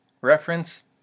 reference